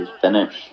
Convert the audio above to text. finish